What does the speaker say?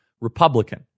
Republican